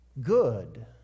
good